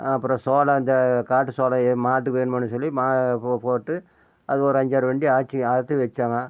அப்புறோம் சோளம் இந்த காட்டு சோளம் இது மாட்டுக்கு வேணுமேன்னு சொல்லி ம போ போட்டு அதுக்கு ஒரு அஞ்சாறு வண்டி ஆச்சி அறுத்து வெச்சோங்க